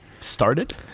started